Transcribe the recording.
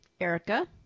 Erica